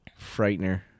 Frightener